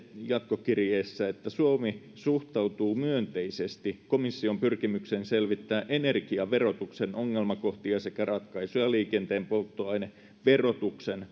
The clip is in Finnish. jatkokirjeessä että suomi suhtautuu myönteisesti komission pyrkimykseen selvittää energiaverotuksen ongelmakohtia sekä ratkaisuja liikenteen polttoaineverotuksen